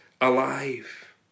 alive